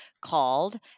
called